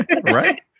Right